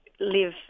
live